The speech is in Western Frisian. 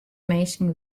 minsken